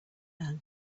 learn